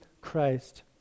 Christ